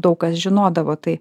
daug kas žinodavo tai